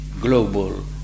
global